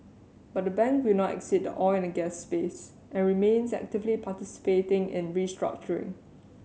but the bank will not exit the oil and gas space and remains actively participating in restructuring